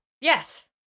Yes